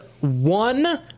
one